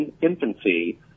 infancy